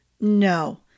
No